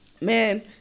man